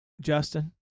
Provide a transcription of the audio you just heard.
Justin